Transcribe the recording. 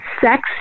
sex